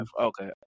Okay